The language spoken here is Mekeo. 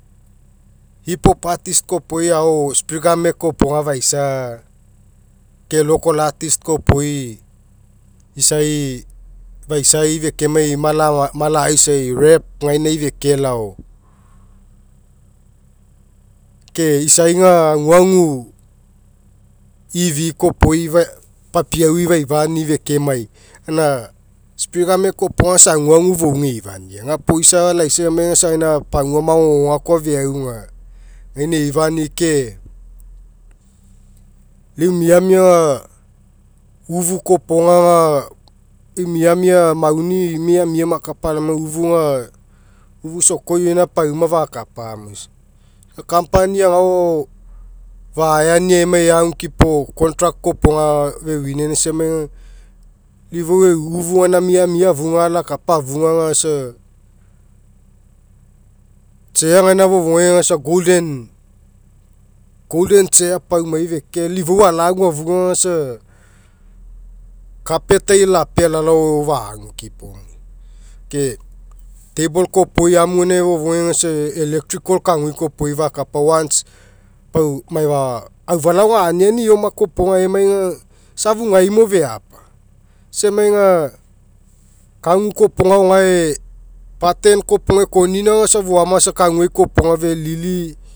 Hip hop artist kopoi agao sprigga mek kopoga faisa ke lacal artist kopoi isai faisai fekemai malamala'aisa rap gainai fekelao. Ke isai aga aguagu kopoi fai papiaui fafanii fekemai gaina sprigga mek kapoga aga isa aguagu fouga eifa gapuo isa laisa emai aga isa pagua magogoga koa feauga gaina eifani'i ke lau eu miamia aga ufu kopoga aga eu miamia mauni miamia makapa alaoma ufuga ufu isa eko iona pauma fakapa mo isa. Company agao fa'hire nio emai eagukipo contract kopoga fewini aina isa emai aga lau i fou en ufu againa miamia afuga alakapa afuga aga sa chair ai paumai feke lau i fou alagu afuga aga sa carpet'ai lapea lalao fogu kipo moia ke table kopoi amu gaina fofouga aga isa electrical kagui kopoga fakapa emai aga isa afugaimo feapa isa emai aga kagu kopoga aga gae button kopoga ekonina aga isa foama aga isa kaguai topoga felili